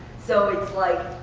so it's like,